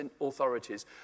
authorities